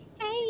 Hey